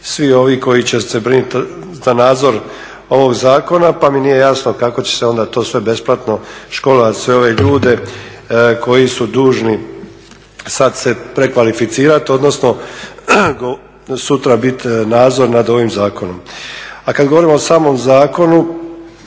svi ovi koji će se brinuti za nadzor ovog zakona pa mi nije jasno kako će se onda to sve besplatno školovati sve ove ljude koji su dužni sad se prekvalificirati odnosno sutra bit nadzor nad ovim zakonom. A kad govorimo o samom zakonu,